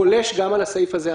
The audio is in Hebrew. חולש גם על הסעיף הזה.